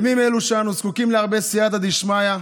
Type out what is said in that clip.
בימים אלו, שאנו זקוקים להרבה סייעתא דשמיא,